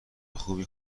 خوبی